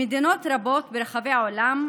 במדינות רבות ברחבי העולם,